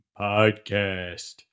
podcast